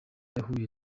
yahuye